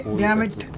damage